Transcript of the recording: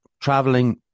traveling